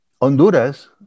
Honduras